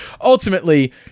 ultimately